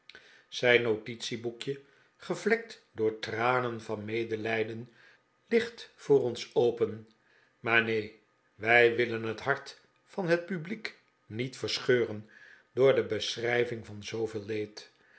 zijri notitieboekje gevlekt door tranen van medelijden ligt voor ons open maar neen wij willen het hart van het publiek niet verseheuren door de beschrijving van zooveel leed